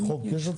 בחוק יש הצמדה?